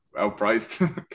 outpriced